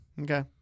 Okay